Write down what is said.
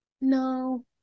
no